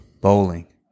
Bowling